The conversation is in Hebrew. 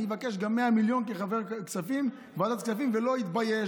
אני אבקש גם 100 מיליון כחבר ועדת כספים ולא אתבייש,